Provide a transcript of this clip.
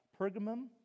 Pergamum